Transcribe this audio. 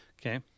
Okay